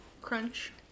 Crunch